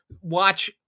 Watch